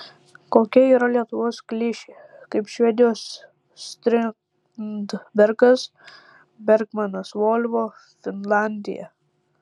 kokia yra lietuvos klišė kaip švedijos strindbergas bergmanas volvo finlandija